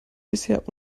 bisher